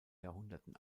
jahrhunderten